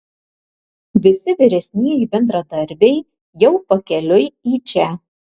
visi vyresnieji bendradarbiai jau pakeliui į čia